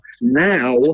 now